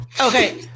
Okay